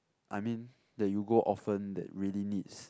I mean the you go often that really needs